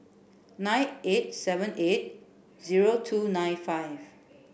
nine eight seven eight zero two nine five